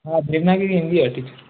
हा देवनागरी ऐं हिंदी अचे